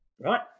Right